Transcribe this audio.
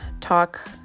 talk